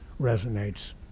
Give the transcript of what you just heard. resonates